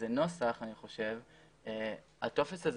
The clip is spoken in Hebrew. הטופס הזה